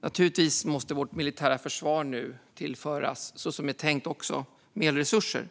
Naturligtvis måste vårt militära försvar nu tillföras, så som det också är tänkt, mer resurser.